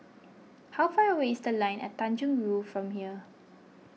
how far away is the Line At Tanjong Rhu from here